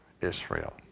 Israel